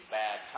bad